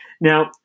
Now